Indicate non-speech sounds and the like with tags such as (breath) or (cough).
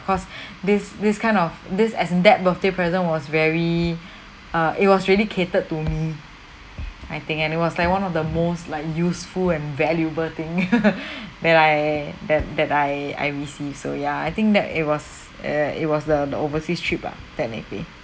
cause (breath) this this kind of this as that birthday present was very (breath) uh it was really catered to me I think and it was one of the most like useful and valuable thing (laughs) that I that that I I receive so ya I think that it was uh it was the the overseas trip ah technically